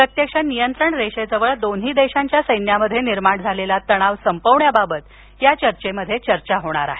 प्रत्यक्ष नियंत्रण रेषेजवळ दोन्ही देशांच्या सैन्यामध्ये निर्माण झालेला तणाव संपवण्याबाबत या चर्चेत भर दिला जाणार आहे